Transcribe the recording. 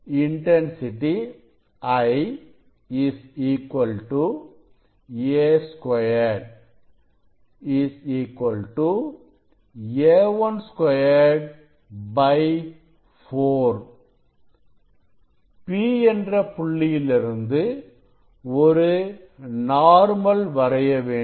I A2 A21 4 P என்ற புள்ளியிலிருந்து ஒரு நார்மல் வரைய வேண்டும்